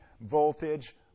voltage